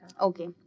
Okay